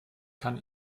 kann